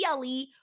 PLE